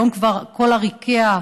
היום כבר כל עריקיה,